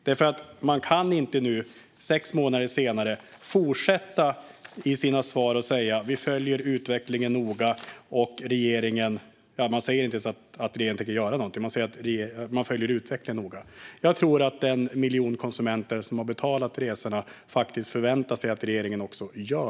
Man kan nämligen inte nu, sex månader senare, fortsätta att i sina svar säga att man följer utvecklingen noga. Man säger inte ens att regeringen tänker göra någonting, utan man säger att man följer utvecklingen noga. Jag tror att den miljon konsumenter som har betalat resorna faktiskt förväntar sig att regeringen gör någonting.